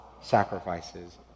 sacrifices